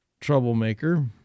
troublemaker